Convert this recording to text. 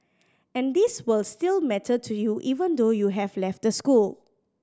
and these will still matter to you even though you have left the school